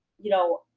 you know,